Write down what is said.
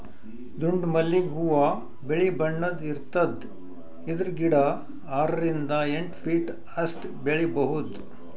ದುಂಡ್ ಮಲ್ಲಿಗ್ ಹೂವಾ ಬಿಳಿ ಬಣ್ಣದ್ ಇರ್ತದ್ ಇದ್ರ್ ಗಿಡ ಆರರಿಂದ್ ಎಂಟ್ ಫೀಟ್ ಅಷ್ಟ್ ಬೆಳಿಬಹುದ್